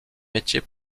métiers